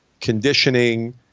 conditioning